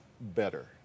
better